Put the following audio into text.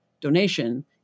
donation